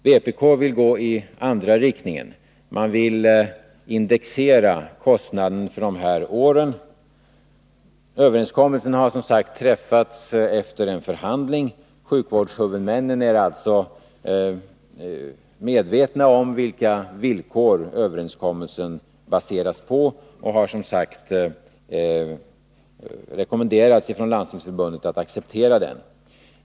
Vpk vill gå i den andra riktningen och indexera kostnaderna för de aktuella åren. Överenskommelse har träffats efter en förhandling. Sjukvårdshuvudmännen är alltså medvetna om vilka villkor överenskommelsen baseras på och har av Landstingsförbundet rekommenderats att acceptera den.